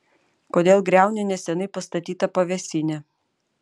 kodėl griauni neseniai pastatytą pavėsinę